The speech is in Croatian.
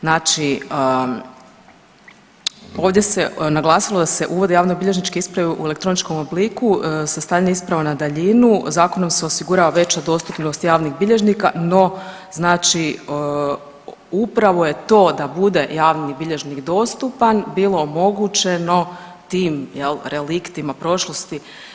Znači ovdje se naglasilo da se uvode javnobilježničke isprave u elektroničkom obliku, sastavljanje isprava na daljinu, Zakonom se osigurava veća dostupnost javnih bilježnika, no znači upravo je to da bude javni bilježnik dostupan bio omogućeno tim, je li, reliktima prošlosti.